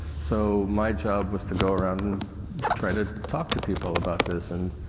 so, my job was to go around and try to talk to people about this. and,